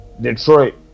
Detroit